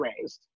raised